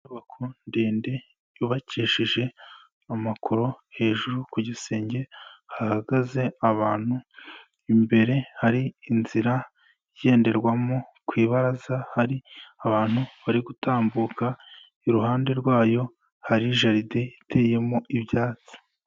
Inyubako ndende yubakishije amakoro ,hejuru ku gisenge hahagaze abantu imbere hari inzira igenderwamo ,ku ibaraza hari abantu bari gutambuka iruhande rwayo hari jaride iteyemo ibyatsi.